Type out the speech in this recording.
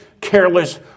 careless